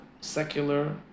secular